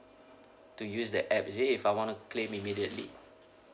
to use the app is it if I want to claim immediately